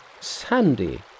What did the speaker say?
Sandy